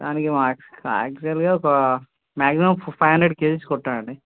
దానికి మ్యాక్సిమం యాక్చుయల్గా ఒక మ్యాక్సిమం ఫైవ్ హండ్రెడ్ కేజెస్ కొట్టాలండి